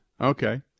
Okay